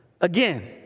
Again